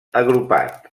agrupat